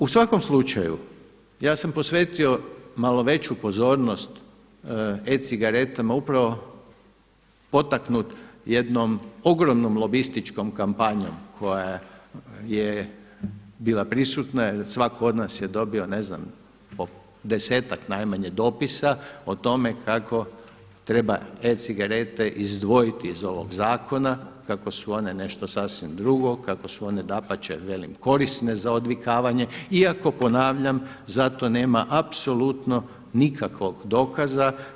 U svakom slučaju, ja sam posvetio malo veću pozornost e-cigaretama upravo potaknut jednom ogromnom lobističkom kampanjom koja je bila prisutna, svatko od nas je dobio ne znam po 10-ak najmanje dopisa o tome kako treba e-cigarete izdvojiti iz ovog zakona, kako su one nešto sasvim drugo, kako su one dapače, velim korisne za odvikavanje, iako ponavljam za to nema apsolutno nikakvog dokaza.